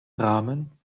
rahmen